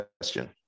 question